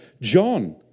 John